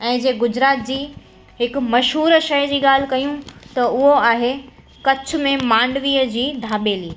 ऐं जे गुजरात जी हिक मशहूरु शइ जी ॻाल्हि कयूं त उहो आहे कच्छ में मांडवीअ जी ढाबेली